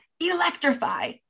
electrify